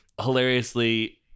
hilariously